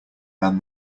than